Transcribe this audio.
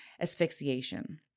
asphyxiation